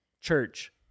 church